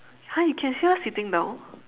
!huh! you can see her sitting down